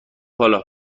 حالا